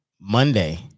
Monday